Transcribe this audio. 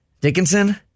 Dickinson